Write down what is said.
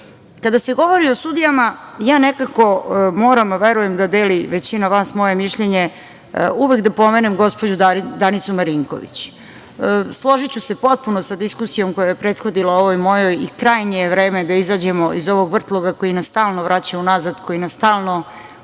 toga. Kada se govori o sudijama ja nekako moram, a verujem da deli većina vas moje mišljenje, uvek da pomenem gospođu Danicu Marinković. Složiću se potpuno sa diskusijom koja je prethodila ovoj mojoj i krajnje je vreme da izađemo iz ovog vrtloga koji nas stalno vraća unazad, koji nas stalno